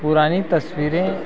पुरानी तस्वीरें